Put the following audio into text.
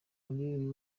muri